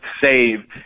save